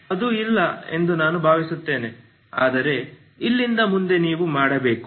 ಅದು ಇಲ್ಲ ಎಂದು ನಾನು ಭಾವಿಸುತ್ತೇನೆ ಆದರೆ ಇಲ್ಲಿಂದ ಮುಂದೆ ನೀವು ಮಾಡಬೇಕು